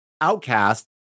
outcast